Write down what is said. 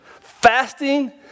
Fasting